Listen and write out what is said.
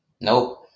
Nope